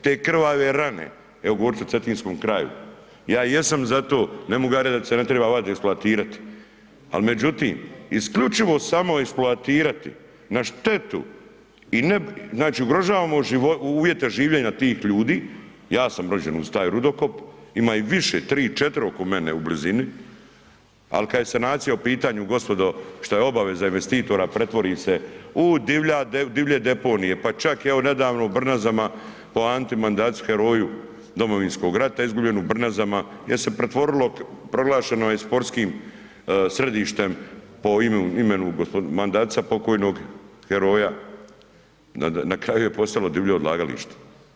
Te krvave rane, evo govorit ću o Cetinskom kraju, ja jesam za to ne mogu ja reć da se ne treba vadit, ekspolatirat, ali međutim isključivo samo eksploatirati na štetu i ne, znači ugrožavamo uvjete življenja tih ljudi, ja sam rođen uz taj rudokop, ima ih više 3, 4 oko mene u blizini, al kad je sanacija u pitanju gospodo što je obaveza investitora pretvori se u divlje deponije, pa čak evo nedavno u Brnazama po Anti Mandacu heroju Domovinskog rata izgubljen u Brnazama je se pretvorilo, proglašeno je sportskim središtem po imenu gospodina Mandaca pokojnog, heroja, na kraju je postalo divlje odlagalište.